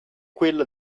quella